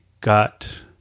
got